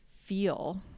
feel